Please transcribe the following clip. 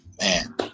man